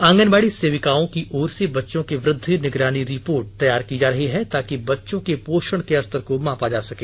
आंगनबाड़ी सेविकाओं की ओर से बच्चों की वृद्धि निगरानी रिपोर्ट तैयार की जा रही है ताकि बच्चों के पोषण के स्तर को मापा जा सके